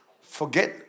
forget